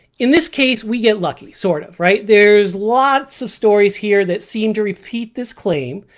in this case we get lucky, sort of, right? there's lots of stories here that seem to repeat this claim,